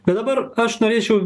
bet dabar aš norėčiau